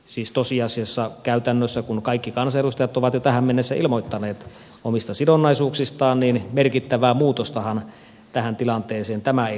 siis tosiasiassa käytännössä kun kaikki kansanedustajat ovat jo tähän mennessä ilmoittaneet omista sidonnaisuuksistaan merkittävää muutostahan tähän tilanteeseen tämä ei toisi